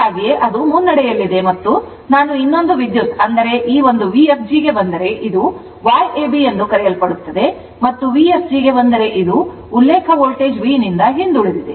ಅದಕ್ಕಾಗಿಯೇ ಅದು ಮುನ್ನಡೆಯಲ್ಲಿದೆ ಮತ್ತು ನಾನು ಮತ್ತು ಇನ್ನೊಂದು ವಿದ್ಯುತ್ ಎಂದರೆ ಈ ಒಂದು Vfg ಗೆ ಬಂದರೆ ಇದು Yab ಎಂದು ಕರೆಯಲ್ಪಡುತ್ತದೆ ಮತ್ತು Vfg ಗೆ ಬಂದರೆ ಇದು ಉಲ್ಲೇಖ ವೋಲ್ಟೇಜ್ V ನಿಂದ ಹಿಂದುಳಿದಿದೆ